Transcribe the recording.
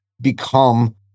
become